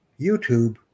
YouTube